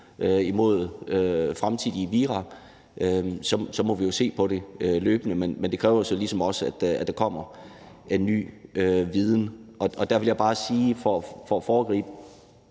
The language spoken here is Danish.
mod fremtidige vira, må vi jo se på det løbende. Men det kræver jo ligesom også, at der kommer en ny viden. Og der vil jeg bare sige for at foregribe,